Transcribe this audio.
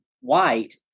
white